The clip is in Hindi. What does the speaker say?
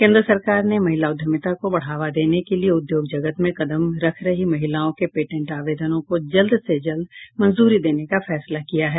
केंद्र सरकार ने महिला उद्यमिता को बढ़ावा देने के लिये उद्योग जगत में कदम रख रही महिलाओं के पेटेंट आवेदनों को जल्द से जल्द मंजूरी देने का फैसला किया है